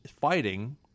fighting